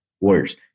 Warriors